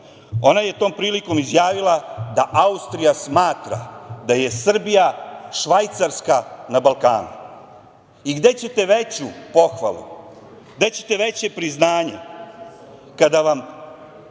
Ona je tom prilikom izjavila da Austrija smatra da je Srbija Švajcarska na Balkanu. Gde ćete veću pohvalu, gde ćete veće priznanje kada vam